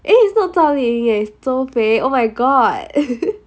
eh is not zhao li ying eh is zhou fei oh my god